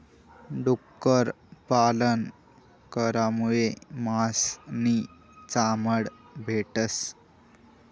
डुक्कर पालन करामुये मास नी चामड भेटस